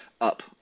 up